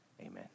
amen